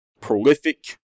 prolific